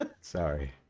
Sorry